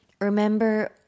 Remember